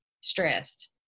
stressed